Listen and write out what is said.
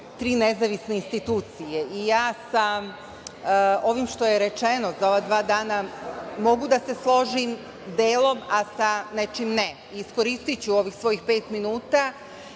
tri nezavisne institucije. Ja sa ovim što je rečeno za ova dva dana mogu da se složim delom, a sa nečim ne. Iskoristiću ovih svojih pet minuta